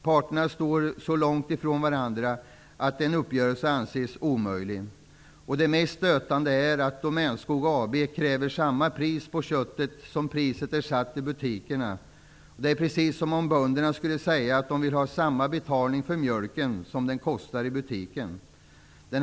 Parterna står så långt ifrån varandra att en uppgörelse anses omöjlig. Det mest stötande är att Domänskog AB kräver samma pris på köttet som priset är satt i butikerna. Det är precis som om bönderna skulle kräva samma pris på mjölken som den kostar i butiken.